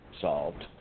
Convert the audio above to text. solved